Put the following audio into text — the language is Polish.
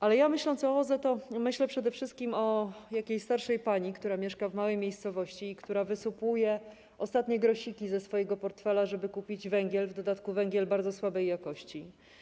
Ale ja, myśląc o OZE, myślę przede wszystkim o jakiejś starszej pani, która mieszka w małej miejscowości i która wysupłuje ostatnie grosiki ze swojego portfela, żeby kupić węgiel, w dodatku węgiel bardzo słabej jakości.